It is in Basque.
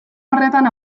horretan